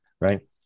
right